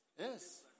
Yes